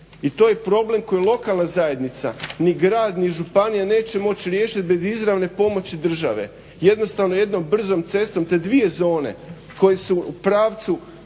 I to je problem koji ni lokalna zajednica ni grad ni županija neće moći riješiti bez izravne pomoći države. Jednostavno jednom brzom cestom te dvije zone koje su u pravcu